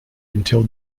until